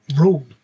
rule